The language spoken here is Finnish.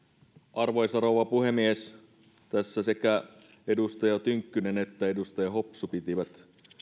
arvoisa rouva puhemies tässä sekä edustaja tynkkynen että edustaja hopsu pitivät